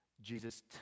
Jesus